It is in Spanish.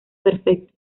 perfecto